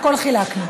הכול חילקנו.